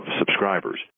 subscribers